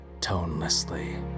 tonelessly